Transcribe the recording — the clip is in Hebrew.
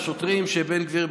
השוטרים שבן גביר,